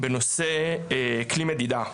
בנושא כלי מדידה,